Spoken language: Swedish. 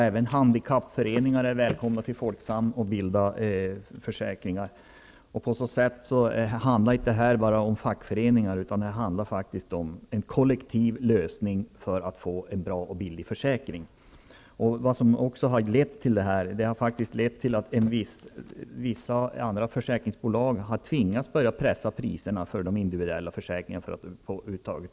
Även handikappföreningar är välkomna till Folksam för att bilda försäkringar. Det handlar alltså inte bara om fackföreningar utan om en kollektiv lösning för att få till stånd en bra och billig försäkring. Följden har också blivit att vissa andra försäkringsbolag har tvingats att börja pressa priserna på de individuella försäkringarna.